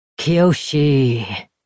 Kiyoshi